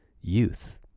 youth